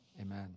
amen